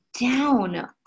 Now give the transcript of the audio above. down